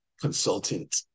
consultant